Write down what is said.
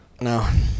No